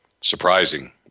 surprising